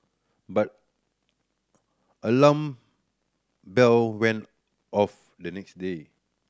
but alarm bell went off the next day